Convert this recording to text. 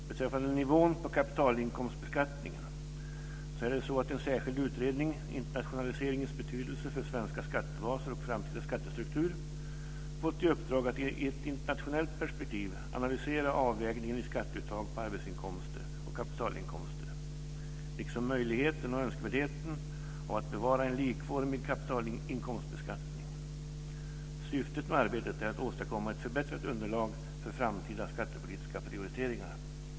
Beträffande nivån på kapitalinkomstbeskattningen kan nämnas att en särskild utredning om internationaliseringens betydelse för svenska skattebaser och framtida skattestruktur fått i uppdrag att i ett internationellt perspektiv analysera avvägningen mellan skatteuttag på arbetsinkomster och skatteuttag på kapitalinkomster liksom möjligheten och önskvärdheten av att bevara en likformig kapitalinkomstbeskattning. Syftet med arbetet är att åstadkomma ett förbättrat underlag för framtida skattepolitiska prioriteringar.